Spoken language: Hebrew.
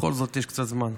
בכל זאת יש קצת זמן.